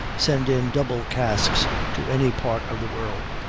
send in double casks to any part of the world.